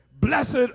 Blessed